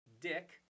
dick